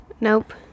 nope